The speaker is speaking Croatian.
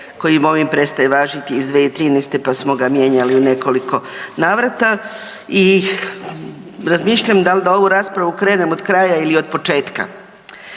kojim ovim prestaje važiti iz 2013., pa smo ga mijenjali u nekoliko navrata. I razmišljam dal da ovu raspravu krenem od kraja ili od početka.